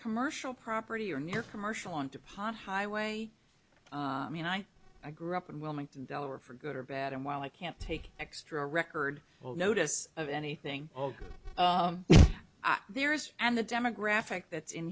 commercial property or near commercial on to pont highway i mean i grew up in wilmington delaware for good or bad and while i can't take extra record well notice of anything oh there is and the demographic that's in